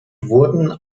wurden